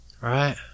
Right